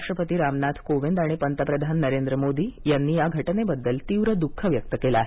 राष्ट्रपती रामनाथ कोविंद आणि पंतप्रधान नरेंद्र मोदी यांनी या घटनेबद्दल तीव्र दुःख व्यक्त केलं आहे